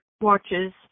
watches